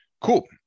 cool